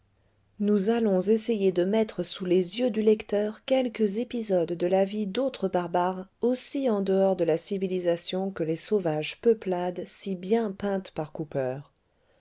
nous allons essayer de mettre sous les yeux du lecteur quelques épisodes de la vie d'autres barbares aussi en dehors de la civilisation que les sauvages peuplades si bien peintes par cooper